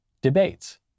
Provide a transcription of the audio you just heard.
debates